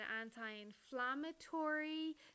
anti-inflammatory